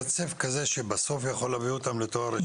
רצף כזה שבסוף יכול להביא אותם לתואר ראשון.